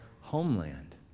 homeland